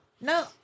No